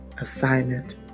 assignment